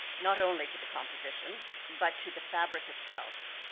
not only to the composition, but to the fabric itself.